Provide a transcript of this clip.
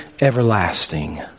Everlasting